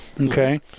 Okay